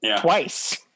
twice